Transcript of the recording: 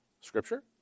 Scripture